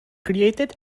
created